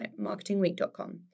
MarketingWeek.com